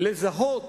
לזהות